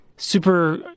Super